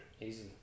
Easy